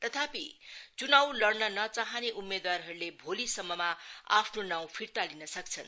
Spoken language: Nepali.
तथापि चुनाव लड्न नचाहने उम्मेदवारहरूले भोलि सम्ममा आफ्नो नाउ फिर्ता लिन सक्छन्